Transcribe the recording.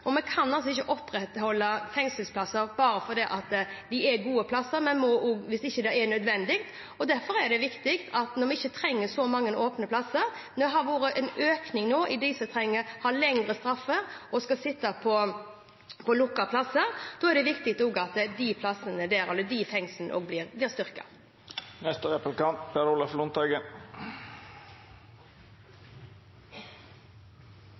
gode resultater, kan vi ikke opprettholde fengselsplasser bare fordi de er gode plasser – hvis det ikke er nødvendig, hvis vi ikke trenger så mange åpne plasser. Det har vært en økning nå av innsatte som har lengre straffer og skal sitte på lukkede plasser. Da er det viktig at også de fengslene blir